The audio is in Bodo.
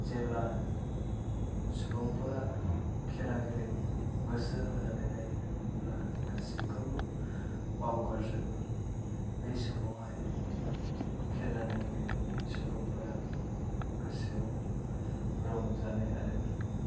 जेब्ला सुबुंफोरा खेला गेलेनायाव गोसो होनानै नायोब्ला गासिखौबो बावगारजोबो बे समावहाय खेला नायगिरि सुबुंफोरा गोसोआव रंजानाय आरो